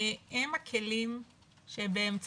הם הכלים שבאמצעותם,